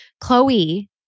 Chloe